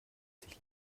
sich